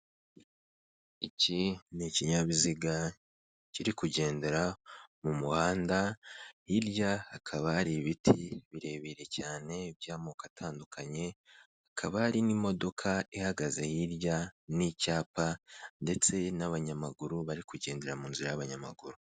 Iki ni ikinyabiziga kiri kugendera mu muhanda, hirya hakaba hari ibiti birebire cyane by'amoko atandukanye, hakaba hari n'imodoka ihagaze hirya n'icyapa ndetse n'abanyamaguru bari kugendera mu nzira y'abanyamaguru.